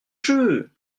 jeu